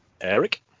Eric